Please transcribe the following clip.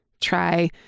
Try